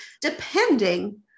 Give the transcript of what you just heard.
depending